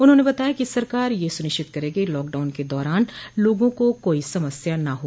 उन्होंने बताया कि सरकार यह सुनिश्चित करेगी कि लॉकडाउन के दौरान लोगों को कोई समस्या न हो